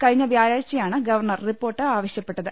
കഴിഞ്ഞ വ്യാഴാഴ്ചയാണ് governor report ആവശ്യ പ്പെട്ടത്